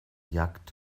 jagd